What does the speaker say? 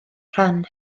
rhan